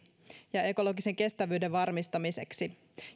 ja ekologisen kestävyyden varmistamiseksi